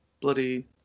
bloody